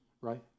right